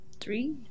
three